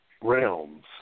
realms